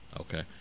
Okay